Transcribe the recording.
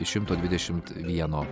šimto dvidešimt vieno